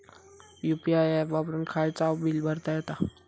UPI app वापरून खायचाव bill भरता येता